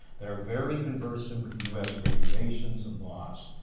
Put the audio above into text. that are very conversant with us regulations and laws.